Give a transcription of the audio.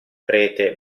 prete